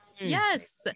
yes